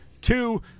two